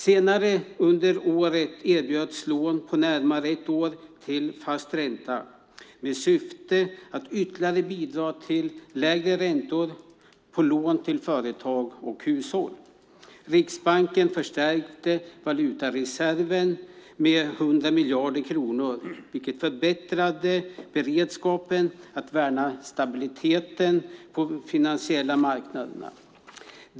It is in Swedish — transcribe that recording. Senare under året erbjöds lån på närmare ett år till fast ränta med syfte att ytterligare bidra till lägre räntor på lån till företag och hushåll. Riksbanken förstärkte valutareserven med 100 miljarder kronor, vilket förbättrade beredskapen att värna stabiliteten på de finansiella marknaderna.